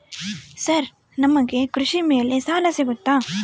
Sir ನಮಗೆ ಕೃಷಿ ಮೇಲೆ ಸಾಲ ಸಿಗುತ್ತಾ?